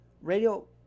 Radio